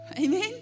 Amen